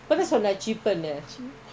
இப்பதாசொன்னசீப்புனு:ippatha sonna cheapnu